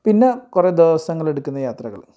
പിന്നെ കുറെ ദിവസങ്ങളെടുക്കുന്ന യാത്രകൾ